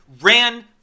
ran